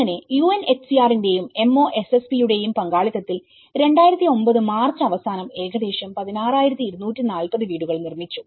അങ്ങനെ UNHCR ന്റെയും MoSSP യുടെയും പങ്കാളിത്തത്തിൽ 2009 മാർച്ച് അവസാനത്തോടെ ഏകദേശം 16240 വീടുകൾ നിർമ്മിച്ചു